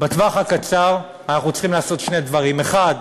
אנחנו צריכים לעשות שני דברים: האחד,